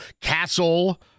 Castle